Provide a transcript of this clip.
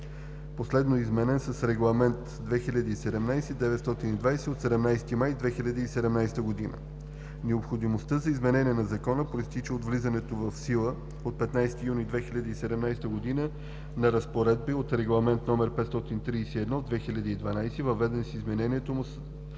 последно изменен с Регламент (ЕС) 2017/920 от 17 май 2017 г. Необходимостта за изменение на Закона произтича от влизането в сила от 15 юни 2017 г. на разпоредби от Регламент (ЕС) № 531/2012, въведени с изменението му с